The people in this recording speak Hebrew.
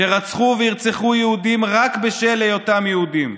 שרצחו וירצחו יהודים רק בשל היותם יהודים.